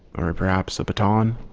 or perhaps a baton.